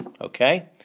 Okay